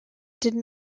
did